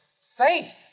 faith